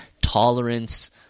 tolerance